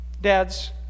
Dads